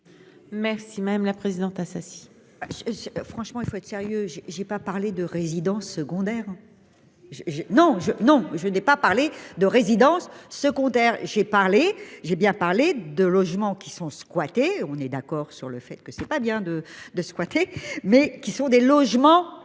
Merci madame la présidente Assassi. Franchement il faut être sérieux. J'ai j'ai pas parlé de résidences secondaires. Je j'ai non je non je n'ai pas parlé de résidences secondaires, j'ai parlé, j'ai bien parlé de logements qui sont squattés. On est d'accord sur le fait que ce n'est pas bien de de squatter mais qui sont des logements